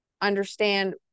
understand